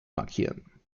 markieren